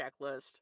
checklist